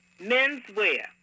menswear